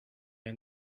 and